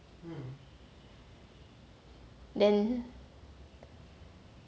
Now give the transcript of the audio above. then